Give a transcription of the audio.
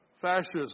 fascism